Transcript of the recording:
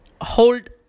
hold